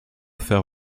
faire